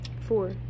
Four